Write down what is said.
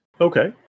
Okay